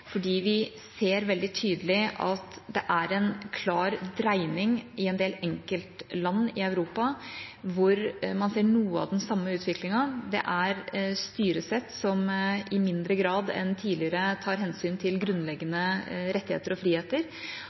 fordi vi ser veldig tydelig at det er en klar dreining i en del enkeltland i Europa hvor man ser noe av den samme utviklingen. Det er styresett som i mindre grad enn tidligere tar hensyn til grunnleggende rettigheter og friheter,